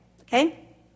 Okay